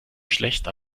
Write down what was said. schlecht